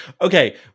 Okay